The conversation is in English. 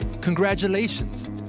congratulations